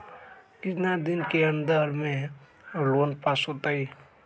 कितना दिन के अन्दर में लोन पास होत?